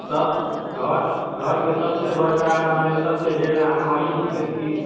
सब घर घरके सबसे बड़का मने सबसे हेड अहीं छलिए कि